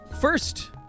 first